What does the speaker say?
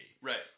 Right